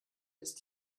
ist